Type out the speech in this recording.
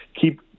keep